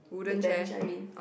the bench I mean